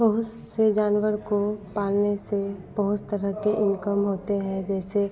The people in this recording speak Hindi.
बहुत से जानवर को पालने से बहुत तरह के इनकम होते हैं जैसे